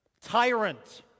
Tyrant